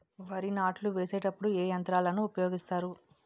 వరి నాట్లు వేసేటప్పుడు ఏ యంత్రాలను ఉపయోగిస్తారు?